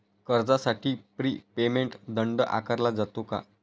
कर्जासाठी prepayment दंड आकारला जातो का?